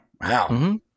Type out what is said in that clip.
Wow